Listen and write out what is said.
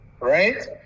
right